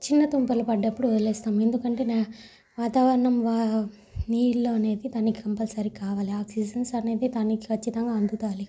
చిన్న తుంపర్లు పడ్డప్పుడు వదిలేస్తం ఎందుకంటే నే వాతావరణం వా నీళ్ళు అనేది దానికి కంపల్సరి కావాలి ఆక్సిజన్స్ అనేవి దానికి ఖచ్చితంగా అందుతాయి